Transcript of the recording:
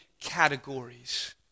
categories